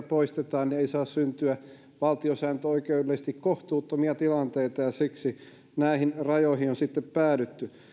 poistetaan niin ei saa syntyä valtiosääntöoikeudellisesti kohtuuttomia tilanteita ja siksi näihin rajoihin on sitten päädytty